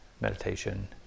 meditation